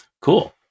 Cool